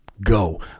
go